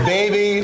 Baby